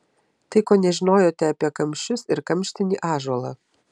tai ko nežinojote apie kamščius ir kamštinį ąžuolą